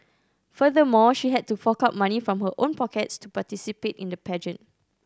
furthermore she had to fork out money from her own pockets to participate in the pageant